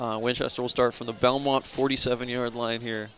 winchester will start for the belmont forty seven yard line here